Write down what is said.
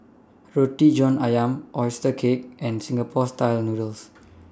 Roti John Ayam Oyster Cake and Singapore Style Noodles